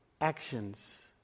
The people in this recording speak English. Actions